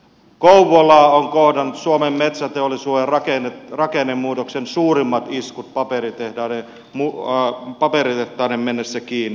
kouvolaa ovat kohdanneet suomen metsäteollisuuden rakennemuutoksen suurimmat iskut paperitehtaiden mennessä kiinni